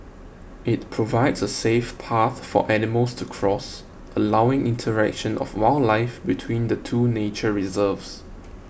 it provides a safe path for animals to cross allowing interaction of wildlife between the two nature reserves